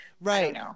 right